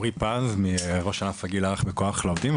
עמרי פז, ראש ענף לגיל הרך בכוח לעובדים.